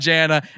Jana